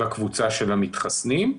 בקבוצה של המתחסנים,